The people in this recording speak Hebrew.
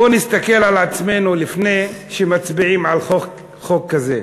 בואו נסתכל על עצמנו לפני שמצביעים על חוק כזה.